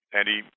Andy